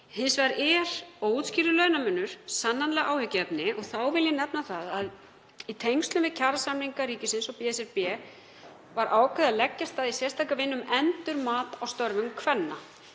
Hins vegar er óútskýrður launamunur sannarlega áhyggjuefni. Þá vil ég nefna það að í tengslum við kjarasamninga ríkisins og BSRB var ákveðið að leggja af stað í sérstaka vinnu um endurmat á störfum kvenna.